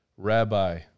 Rabbi